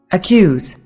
Accuse